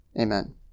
Amen